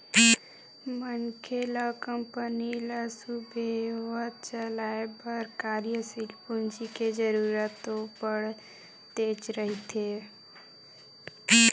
मनखे ल कंपनी ल सुबेवत चलाय बर कार्यसील पूंजी के जरुरत तो पड़तेच रहिथे